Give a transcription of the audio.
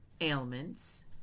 ailments